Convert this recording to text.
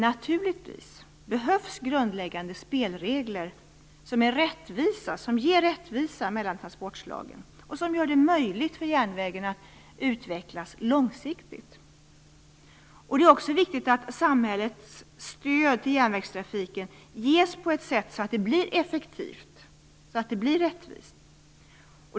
Naturligtvis behövs grundläggande spelregler som skapar rättvisa mellan transportslagen och som gör det möjligt för järnvägen att utvecklas långsiktigt. Det är också viktigt att samhällets stöd till järnvägstrafiken ges på ett sätt så att det blir effektivt och rättvist.